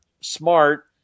smart